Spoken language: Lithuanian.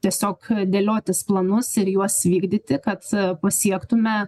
tiesiog dėliotis planus ir juos vykdyti kad pasiektume